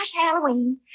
Halloween